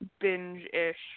binge-ish